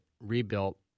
rebuilt